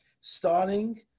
starting